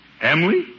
Emily